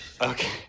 Okay